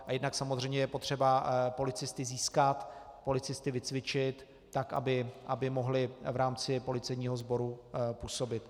A jednak samozřejmě je potřeba policisty získat, policisty vycvičit tak, aby mohli v rámci policejního sboru působit.